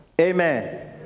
Amen